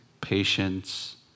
Patience